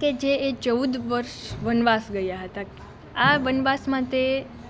કે જે એ ચૌદ વર્ષ વનવાસ ગયા હતા આ વનવાસમાં તે